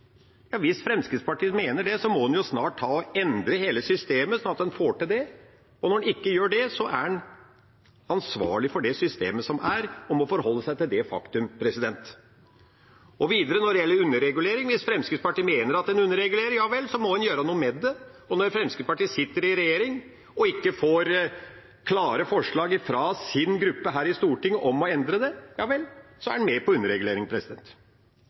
snart ta og endre hele systemet slik at en får til det. Når en ikke gjør det, er en ansvarlig for det systemet som er, og må forholde seg til det faktumet. Når det gjelder underregulering: Hvis Fremskrittspartiet mener at det er en underregulering, ja, så må en gjøre noe med det. Når Fremskrittspartiet sitter i regjering og ikke får klare forslag fra sin gruppe her i Stortinget om å endre det, ja vel, så er en med på